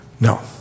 No